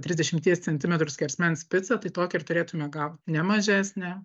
trisdešimties centimetrų skersmens picą tai tokią ir turėtume gaut ne mažesnę